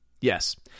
Yes